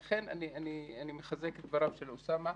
ולכן אני מחזק את דבריו של אוסאמה,